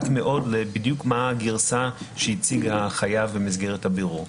מאוד לגרסה שהציג החייב במסגרת הבירור.